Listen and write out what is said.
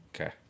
Okay